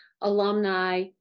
alumni